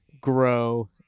grow